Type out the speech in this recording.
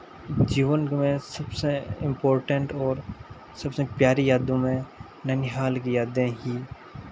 जीवन में सबसे इम्पॉर्टेन्ट और सबसे प्यारी यादों में ननिहाल की यादें ही